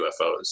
UFOs